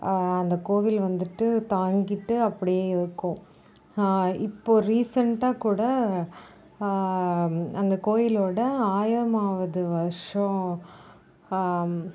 அந்த கோவில் வந்துட்டு தாங்கிட்டு அப்படியே இருக்கும் இப்போ ரீசன்ட்டாக கூட அந்த கோயிலோட ஆயிரமாவது வருஷம்